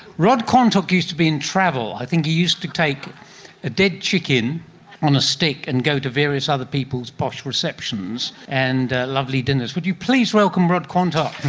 rod quantock used to be in travel, i think he used to take a dead chicken on a stick and go to various other people's posh receptions and lovely dinners. would you please welcome rod quantock?